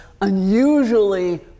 unusually